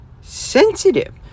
sensitive